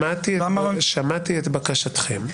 שמעתי את בקשתכם,